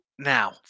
Now